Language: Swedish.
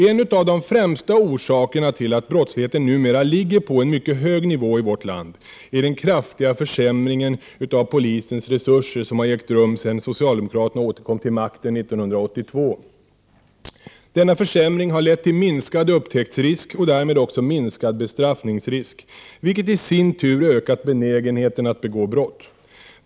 En av de främsta orsakerna till att brottsligheten numera ligger på en mycket hög nivå i vårt land är den kraftiga försämring av polisens resurser som har ägt rum sedan socialdemokraterna återkom till makten 1982. Denna försämring har lett till minskad upptäcktsrisk och därmed också minskad bestraffningsrisk, vilket i sin tur ökat benägenheten att begå brott.